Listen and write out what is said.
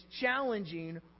challenging